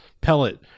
pellet